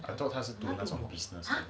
I thought 他是读那种 business engineering